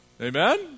Amen